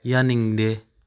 ꯌꯥꯅꯤꯡꯗꯦ